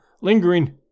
lingering